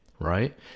right